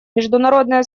международное